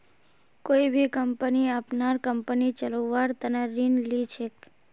कोई भी कम्पनी अपनार कम्पनी चलव्वार तने ऋण ली छेक